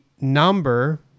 number